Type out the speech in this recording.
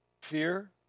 fear